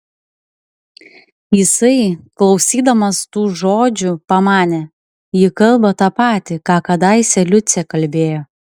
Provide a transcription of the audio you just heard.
jisai klausydamas tų žodžių pamanė ji kalba ta patį ką kadaise liucė kalbėjo